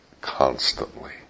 constantly